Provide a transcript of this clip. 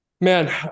man